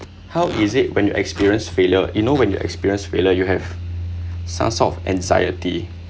how is it when you've experienced failure you know when you've experienced failure you have some sort of anxiety